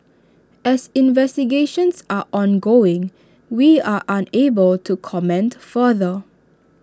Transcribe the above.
as investigations are ongoing we are unable to comment further